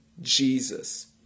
Jesus